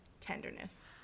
tenderness